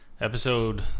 episode